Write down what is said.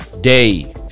day